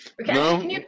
No